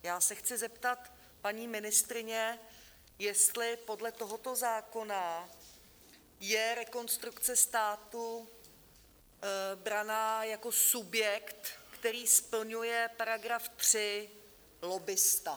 Já se chci zeptat paní ministryně, jestli podle tohoto zákona je Rekonstrukce státu brána jako subjekt, který splňuje § 3 Lobbista.